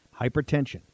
Hypertension